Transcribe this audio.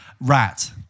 Rat